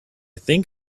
think